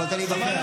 יכולת להיבחר.